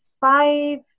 five